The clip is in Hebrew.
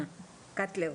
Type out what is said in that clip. קטלר.